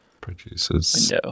Producers